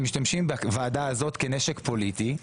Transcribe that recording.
משתמשים בוועדה הזאת כנשק פוליטי ותקשורתי,